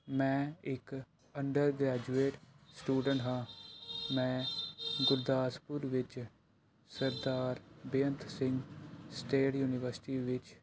ਮੈ ਇੱਕ undergraduate student ਹਾਂ ਮੈਂ ਗੁਰਦਾਸਪੁਰ ਵਿੱਚ ਸਰਦਾਰ ਬੇਅੰਤ ਸਿੰਘ ਸਟੇਟ ਯੂਨੀਵਰਸਿਟੀ ਵਿੱਚ